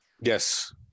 yes